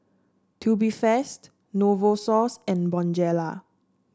Tubifast Novosource and Bonjela